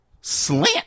slant